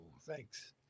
thanks